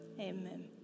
amen